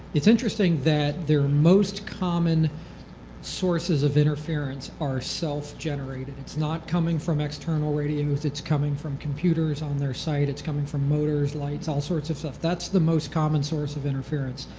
it's interesting that their most common sources of interference are self-generating. it's not coming from external radios. it's coming from computers on their site. it's coming from motors, lights, all sorts of stuff. that's the most common source of interference.